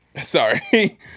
sorry